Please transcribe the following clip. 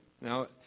Now